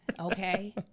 okay